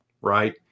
Right